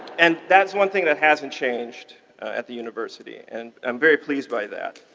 and that's one thing that hasn't changed at the university. and i'm very pleased by that.